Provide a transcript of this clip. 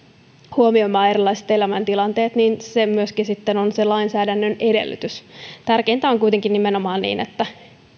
huomioimaan erilaiset elämäntilanteet on myöskin sitten sen lainsäädännön edellytys tärkeintä on kuitenkin nimenomaan se että